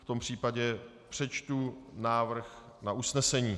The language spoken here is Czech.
V tom případě přečtu návrh na usnesení.